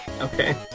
Okay